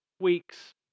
weeks